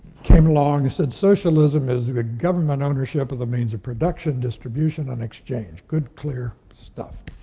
came along, he said, socialism is the government ownership of the means of production, distribution, and exchange, good, clear stuff.